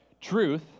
truth